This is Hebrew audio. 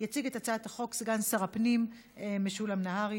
שנייה ושלישית ונכנסה לספר החוקים של מדינת ישראל.